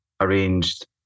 arranged